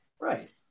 right